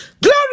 Glory